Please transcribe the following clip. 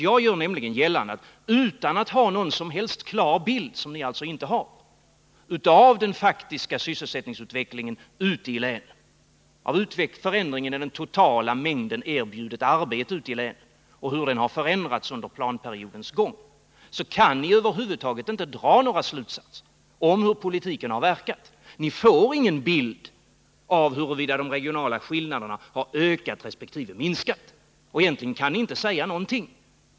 Jag gör nämligen gällande att utan att ha någon som helst klar bild, vilket ni alltså inte har, av den faktiska sysselsättningsutvecklingen i länen — av förändringen i den totala mängden erbjudet arbete och hur den har förändrats under planperiodens gång — kan ni över huvud taget inte dra några slutsatser om hur politiken har verkat. Ni får ingen bild av huruvida de regionala skillnaderna har ökat resp. minskat. Egentligen kan ni inte säga någonting.